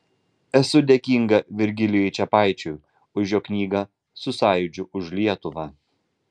esu dėkinga virgilijui čepaičiui už jo knygą su sąjūdžiu už lietuvą